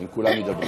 אם כולם ידברו.